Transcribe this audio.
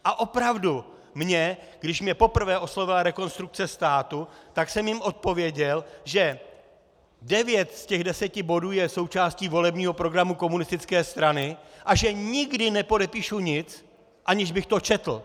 A opravdu, když mě poprvé oslovila Rekonstrukce státu, tak jsem jim odpověděl, že devět z deseti bodů je součástí volebního programu komunistické strany a že nikdy nepodepíšu nic, aniž bych to četl.